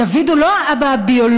דוד הוא לא האבא הביולוגי